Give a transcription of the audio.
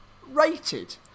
Rated